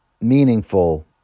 meaningful